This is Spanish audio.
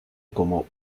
como